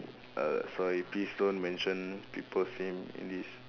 err sorry please don't mention people's name in this